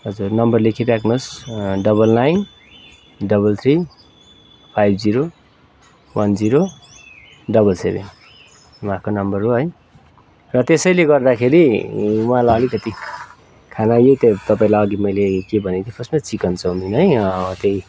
हजुर नम्बर लेखिराख्नुहोस् double nine double three five zero one zero double seven उहाँको number हो है र त्यसैले गर्दाखेरि उहाँलाई अलिकति खाना यही टाइप तपाईँलाई अघि मैले के भने थिएँ फर्स्टमा चिकन चाउमिन है त्यही